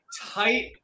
tight